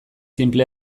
sinple